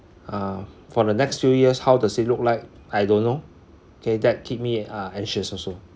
uh for the next few years how does it look like I don't know okay that keep me uh anxious also